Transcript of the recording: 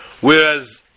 Whereas